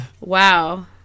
wow